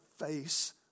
face